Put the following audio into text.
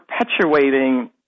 perpetuating